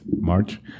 March